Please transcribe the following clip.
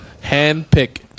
hand-pick